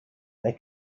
they